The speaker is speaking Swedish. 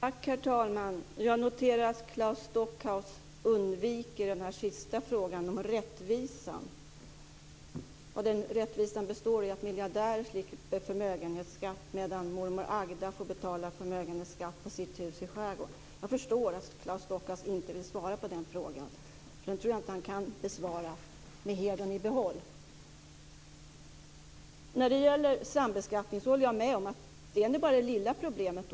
Herr talman! Jag noterar att Claes Stockhaus undviker den andra frågan om rättvisan. Den rättvisan består i att miljardärer slipper förmögenhetsskatt, medan mormor Agda får betala förmögenhetsskatt på sitt hus i skärgården. Jag förstår att Claes Stockhaus inte vill svara på den frågan. Den tror jag inte att han kan besvara med hedern i behåll. Jag håller med om att sambeskattningen bara är det lilla problemet.